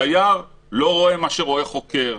סייר לא יכול לראות מה שרואה חוקר,